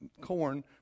corn